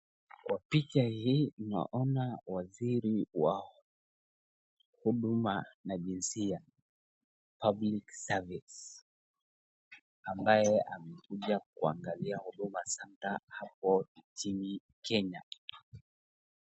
Waziri wa huduma na jinsia public service amabaye amekuja kuangalia huduma centre hapo nchini Kenya.